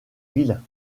ville